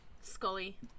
Scully